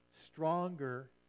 stronger